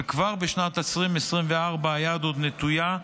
וכבר בשנת 2024 היד עוד נטויה,